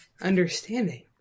understanding